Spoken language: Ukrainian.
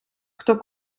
хто